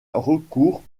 recours